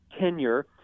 tenure